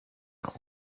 now